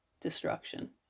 destruction